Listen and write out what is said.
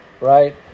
right